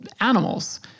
animals